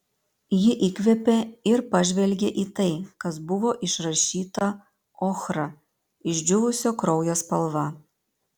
ji įkvėpė ir pažvelgė į tai kas buvo išrašyta ochra išdžiūvusio kraujo spalva